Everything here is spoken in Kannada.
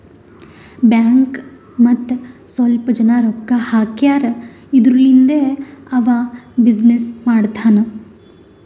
ಬ್ಯಾಂಕ್ ಮತ್ತ ಸ್ವಲ್ಪ ಜನ ರೊಕ್ಕಾ ಹಾಕ್ಯಾರ್ ಇದುರ್ಲಿಂದೇ ಅವಾ ಬಿಸಿನ್ನೆಸ್ ಮಾಡ್ತಾನ್